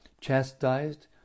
chastised